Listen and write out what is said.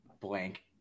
blank